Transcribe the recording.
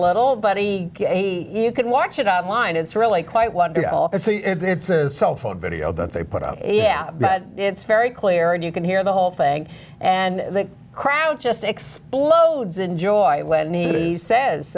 little buddy you can watch it online it's really quite wonderful it's a cell phone video that they put out yeah but it's very clear and you can hear the whole thing and the crowd just explodes enjoy